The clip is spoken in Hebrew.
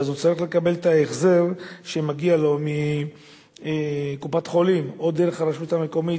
ואז הוא צריך לקבל את ההחזר שמגיע לו מקופת-חולים או דרך הרשות המקומית,